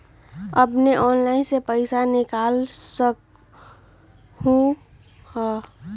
अपने ऑनलाइन से पईसा निकाल सकलहु ह?